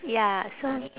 ya so